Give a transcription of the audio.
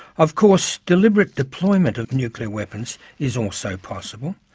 of course, deliberate deployment of nuclear weapons is also possible.